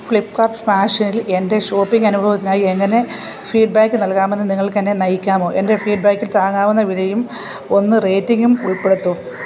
ഫ്ലിപ്പ്കാർട്ട് ഫാഷനിൽ എൻ്റെ ഷോപ്പിംഗ് അനുഭവത്തിനായി എങ്ങനെ ഫീഡ്ബാക്ക് നൽകാമെന്ന് നിങ്ങൾക്ക് എന്നെ നയിക്കാമോ എൻ്റെ ഫീഡ്ബാക്കിൽ താങ്ങാവുന്ന വിലയും ഒന്ന് റേറ്റിംഗും ഉൾപ്പെടുത്തൂ